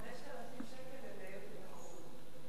5,000 שקל לנהל